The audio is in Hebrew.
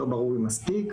לא ברור אם מספיק,